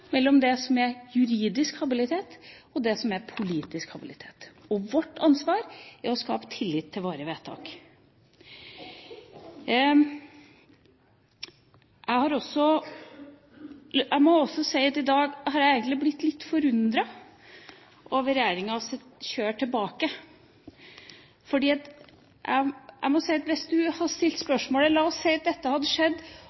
mellom det som er juridisk habilitet, og det som er politisk habilitet, og vårt ansvar er å skape tillit til våre vedtak. Jeg må også si at jeg i dag har blitt litt forundret over regjeringas kjør tilbake. La oss si at dette hadde skjedd og ingen politiske partier, ingen på Stortinget, hadde